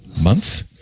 month